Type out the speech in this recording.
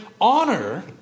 honor